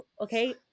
Okay